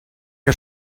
que